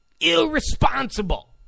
irresponsible